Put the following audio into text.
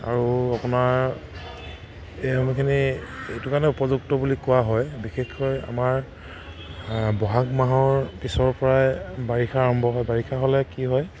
আৰু আপোনাৰ এই সময়খিনি এইটো কাৰণে উপযুক্ত বুলি কোৱা হয় বিশেষকৈ আমাৰ বহাগ মাহৰ পিছৰ পৰাই বাৰিষা আৰম্ভ হয় বাৰিষা হ'লে কি হয়